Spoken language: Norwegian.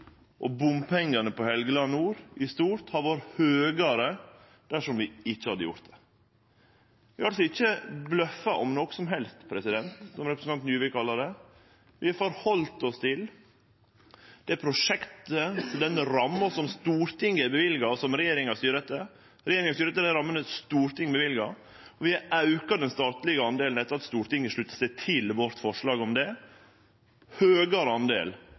på Helgeland nord hadde i stort vore større dersom vi ikkje hadde gjort det. Vi har altså ikkje bløffa, som representanten Juvik kalla det, om noko som helst, vi har halde oss til det prosjektet og den ramma som Stortinget har løyvd, og som regjeringa styrer etter. Regjeringa styrer etter dei rammene Stortinget løyver, og vi har auka den statlege delen etter at Stortinget slutta seg til forslaget vårt om det